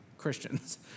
Christians